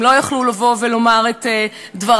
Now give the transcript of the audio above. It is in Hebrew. הם לא יכלו לבוא ולומר את דברם.